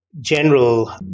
general